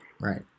Right